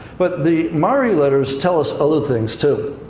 but the mari letters tell us other things too.